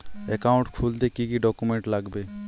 Account খুলতে কি কি ডকুমেন্ট লাগবে?